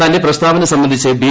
തന്റെ പ്രസ്താവന സംബന്ധിച്ച് ബി